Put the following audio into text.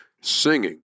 singing